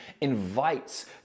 invites